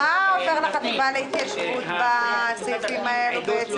מה עובר לחטיבה להתיישבות בסעיפים האלה בעצם?